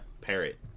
Parrot